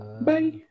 Bye